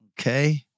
Okay